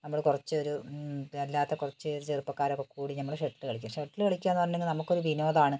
നമ്മൾ കുറച്ചൊരു ഇത് അല്ലാത്ത കുറച്ച് ചെറുപ്പക്കാരൊക്കെക്കൂടി നമ്മൾ ഷട്ടിൽ കളിക്കും ഷട്ടിൽ കളിക്കുകയെന്നു പറഞ്ഞെങ്കിൽ നമ്മക്കൊരു വിനോദമാണ്